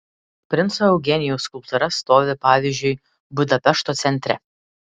princo eugenijaus skulptūra stovi pavyzdžiui budapešto centre